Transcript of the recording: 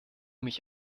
mich